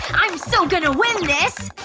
i'm so gonna win this!